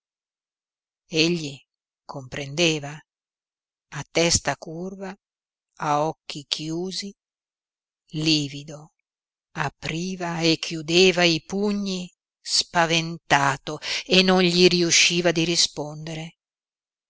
comprendeva a testa curva a occhi chiusi livido apriva e chiudeva i pugni spaventato e non gli riusciva di rispondere